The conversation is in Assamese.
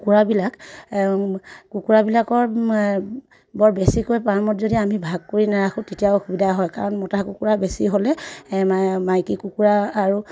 কুকুৰাবিলাক কুকুৰাবিলাকৰ বৰ বেছিকৈ পামত যদি আমি ভাগ কৰি নাৰাখোঁ তেতিয়া অসুবিধা হয় কাৰণ মতা কুকুৰা বেছি হ'লে মাইকী কুকুৰা আৰু